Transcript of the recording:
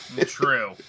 True